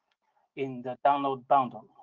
in the download bundle.